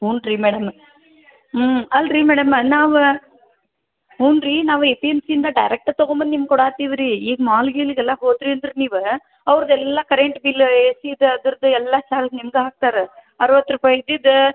ಹ್ಞೂ ರೀ ಮೇಡಮ್ ಹ್ಞೂ ಅಲ್ಲ ರೀ ಮೇಡಮ್ಮ ನಾವು ಹ್ಞೂ ರೀ ನಾವು ಎ ಪಿ ಎಮ್ ಸಿಯಿಂದ ಡಾಯ್ರೆಕ್ಟ್ ತೊಗೊಂಬಂದು ನಿಮ್ಗೆ ಕೊಡೋ ಹತ್ತೀವ್ ರೀ ಈಗ ಮಾಲ್ ಗೀಲಿಗೆಲ್ಲ ಹೋದಿರಿ ಅಂದ್ರೆ ನೀವು ಅವ್ರದ್ದೆಲ್ಲ ಕರೆಂಟ್ ಬಿಲ್ಲ ಎ ಸಿದು ಅದ್ರದ್ದು ಎಲ್ಲ ನಿಮ್ಗೇ ಹಾಕ್ತಾರೆ ಅರುವತ್ತು ರೂಪಾಯಿ ಇದ್ದಿದ್ದು